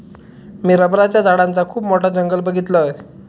मी रबराच्या झाडांचा खुप मोठा जंगल बघीतलय